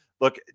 look